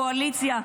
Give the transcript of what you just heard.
קואליציה,